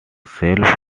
shelves